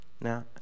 Now